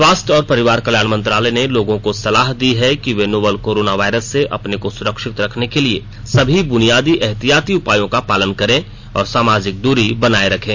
स्वास्थ्य और परिवार कल्याण मंत्रालय ने लोगों को सलाह दी है कि वे नोवल कोरोना वायरस से अपने को सुरक्षित रखने के लिए सभी बुनियादी एहतियाती उपायों का पालन करें और सामाजिक दूरी बनाए रखें